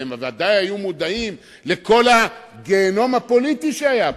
והם היו ודאי מודעים לכל הגיהינום הפוליטי שהיה פה.